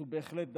זאת בהחלט דרכי.